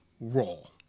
role